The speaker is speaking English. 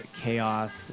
chaos